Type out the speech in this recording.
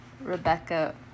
Rebecca